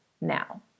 now